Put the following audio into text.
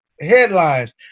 headlines